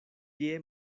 tie